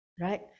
Right